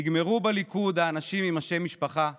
נגמרו בליכוד האנשים עם שם המשפחה אלקין.